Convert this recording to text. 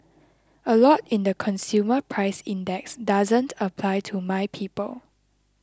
a lot in the consumer price index doesn't apply to my people